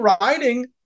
riding